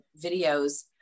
videos